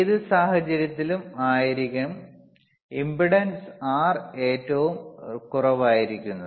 ഏത് സാഹചര്യത്തിൽ ആയിരിക്കും ഇംപെഡൻസ് R ഏറ്റവും കുറവായിരിക്കുന്നത്